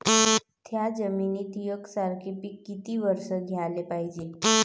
थ्याच जमिनीत यकसारखे पिकं किती वरसं घ्याले पायजे?